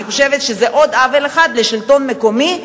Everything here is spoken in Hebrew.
אני חושבת שזה עוד עוול אחד לשלטון המקומי.